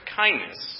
kindness